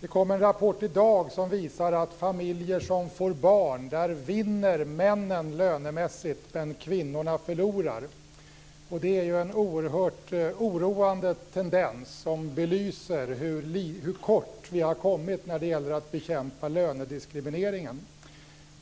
Det kom en rapport i dag som visar att när par får barn vinner männen lönemässigt, men kvinnorna förlorar. Det är en oerhört oroande tendens som belyser hur liten bit vi har kommit när det gäller att bekämpa lönediskrimineringen.